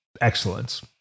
excellence